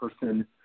person